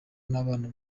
n’abana